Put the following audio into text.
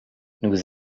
nous